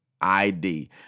ID